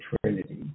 Trinity